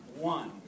one